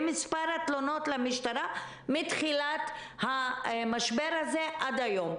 במספר התלונות למשטרה מתחילת המשבר הזה עד היום.